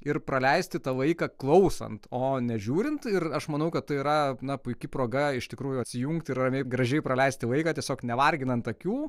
ir praleisti tą laiką klausant o ne žiūrint ir aš manau kad tai yra na puiki proga iš tikrųjų atsijungti ir ramiai gražiai praleisti laiką tiesiog nevarginant akių